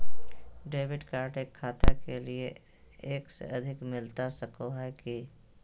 Debit card एक खाता के लिए एक से अधिक मिलता सको है की?